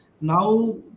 now